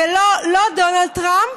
ולא דונלד טראמפ,